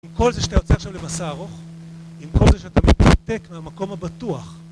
עם כל זה שאתה יוצא עכשיו למסע ארוך, עם כל זה שאתה מתנתק מהמקום הבטוח...